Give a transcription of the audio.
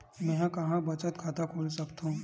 मेंहा कहां बचत खाता खोल सकथव?